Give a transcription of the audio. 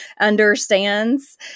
understands